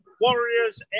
Warriors